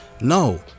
no